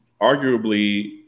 arguably